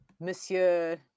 Monsieur